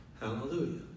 Hallelujah